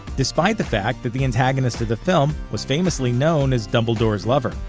despite the fact that the antagonist of the film was famously known as dumbledore's lover.